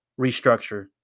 restructure